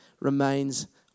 remains